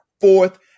fourth